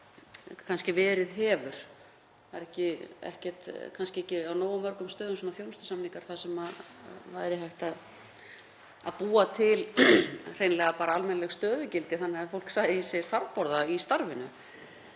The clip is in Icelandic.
en verið hefur. Það eru kannski ekki á nógu mörgum stöðum þjónustusamningar þar sem væri hægt að búa til hreinlega almennileg stöðugildi þannig að fólk gæti séð sér farborða í starfinu.